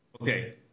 okay